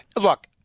Look